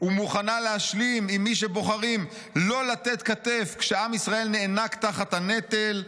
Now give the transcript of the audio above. ומוכנה להשלים עם מי שבוחרים לא לתת כתף כשעם ישראל נאנק תחת הנטל,